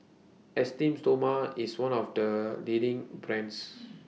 Esteem Stoma IS one of The leading brands